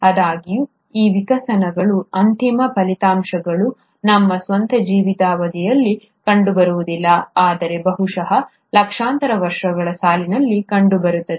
ಆದಾಗ್ಯೂ ಈ ವಿಕಸನಗಳ ಅಂತಿಮ ಫಲಿತಾಂಶಗಳು ನಮ್ಮ ಸ್ವಂತ ಜೀವಿತಾವಧಿಯಲ್ಲಿ ಕಂಡುಬರುವುದಿಲ್ಲ ಆದರೆ ಬಹುಶಃ ಲಕ್ಷಾಂತರ ವರ್ಷಗಳ ಸಾಲಿನಲ್ಲಿ ಕಂಡುಬರುತ್ತವೆ